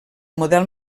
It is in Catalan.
model